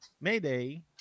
Mayday